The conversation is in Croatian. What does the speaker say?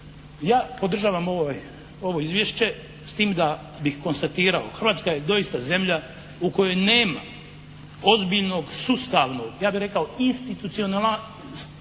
ja podržavam ovo izvješće s tim da bih konstatirao, Hrvatska je doista zemlja u kojoj nema ozbiljnog, sustavnog, ja bih rekao institucionaliziranoj…